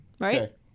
Right